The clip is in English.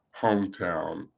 hometown